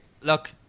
Look